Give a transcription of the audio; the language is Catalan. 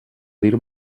dir